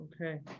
Okay